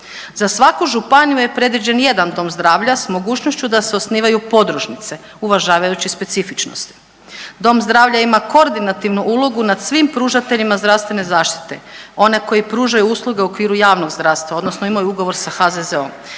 Za svaku županiju je predviđen jedan dom zdravlja s mogućnošću da se osnivaju podružnice uvažavajući specifičnosti. Dom zdravlja ima koordinativnu ulogu nad svim pružateljima zdravstvene zaštite, oni koji pružaju usluge u okviru javnog zdravstva odnosno imaju ugovor sa HZZO-om